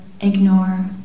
ignore